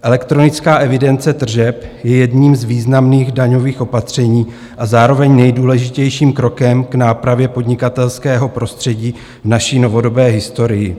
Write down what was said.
Elektronická evidence tržeb je jedním z významných daňových opatření a zároveň nejdůležitějším krokem k nápravě podnikatelského prostředí v naší novodobé historii.